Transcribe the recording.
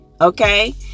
Okay